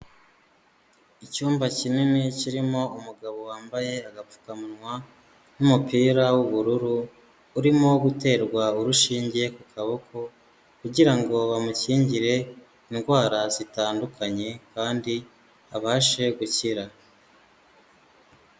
Icyumba kinini kirimo umugabo wambaye agapfukamunwa n'umupira w'ubururu, urimo guterwa urushinge ku kaboko kugira bamukingire indwara zitandukanye kandi abashe gukira.